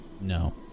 No